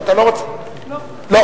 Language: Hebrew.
קבוצת בל"ד,